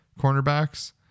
cornerbacks